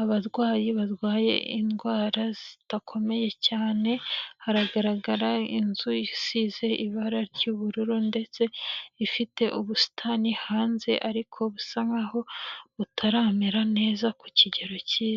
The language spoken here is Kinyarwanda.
abarwayi barwaye indwara zidakomeye cyane, haragaragara inzu isize ibara ry'ubururu ndetse ifite ubusitani hanze, ariko busa nkaho butaramera neza ku kigero cyiza.